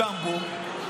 ג'מבו,